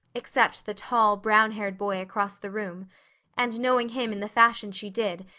except the tall, brown-haired boy across the room and knowing him in the fashion she did,